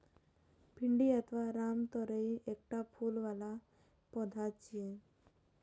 भिंडी अथवा रामतोरइ एकटा फूल बला पौधा छियै